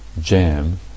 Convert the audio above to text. jam